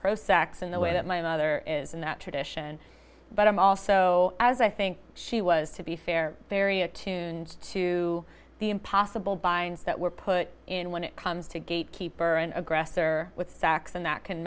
pro sex in the way that my mother is in the tradition but i'm also as i think she was to be fair very attuned to the impossible binds that were put in when it comes to gate keeper an aggressor or with sacks and that can